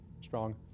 strong